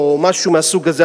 או משהו מהסוג הזה,